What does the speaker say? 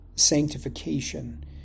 sanctification